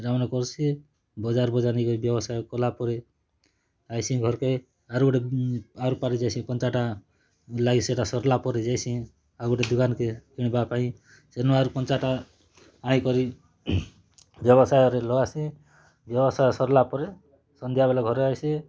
ଇଟାମାନେ କରସି ବଜାର୍ ବଜାର୍ ନେଇକରି ବ୍ୟବସାୟ କଲାପରେ ଆଇସିଁ ଘରକେ ଆରୁ ଗୁଟେ ଆର୍ ପାରେ ଯାଇସିଁ କଞ୍ଚାଟା ଲାଗି ସେଟା ସରଲା ପରେ ଯାଏସିଁ ଆଉ ଗୁଟେ ଦୁକାନ୍ କେ କିଣବା ପାଇଁ ସେନୁ ଆରୁ କଞ୍ଚାଟା ଆଇକରି ବ୍ୟବସାୟରେ ଲଗାସିଁ ବ୍ୟବସାୟ ସରଲା ପରେ ସନ୍ଧ୍ୟାବେଲେ ଘରେ ଆଇସିଁ